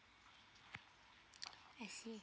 I see